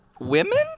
women